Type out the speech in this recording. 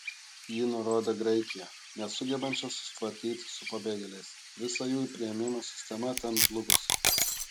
ji nurodė graikiją nesugebančią susitvarkyti su pabėgėliais visa jų priėmimo sistema ten žlugusi